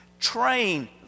train